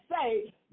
say